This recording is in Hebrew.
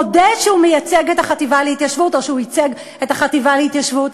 מודה שהוא מייצג את החטיבה להתיישבות או שהוא ייצג את החטיבה להתיישבות.